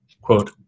quote